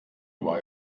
war